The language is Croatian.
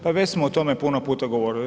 Pa već smo o tome puno puta govorili.